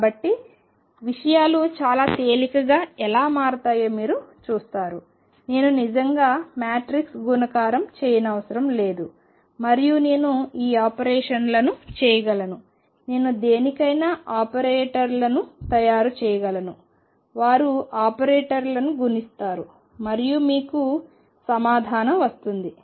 కాబట్టి విషయాలు చాలా తేలికగా ఎలా మారతాయో మీరు చూస్తారు నేను నిజంగా మ్యాట్రిక్స్ గుణకారం చేయనవసరం లేదు మరియు నేను ఈ ఆపరేషన్లను చేయగలను నేను దేనికైనా ఆపరేటర్లను తయారు చేయగలను వారు ఆపరేటర్లను గుణిస్తారు మరియు మీకు సమాధానం వస్తుంది